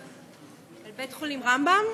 של בית-חולים רמב"ם?